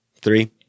three